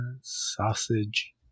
sausage